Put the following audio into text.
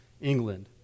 England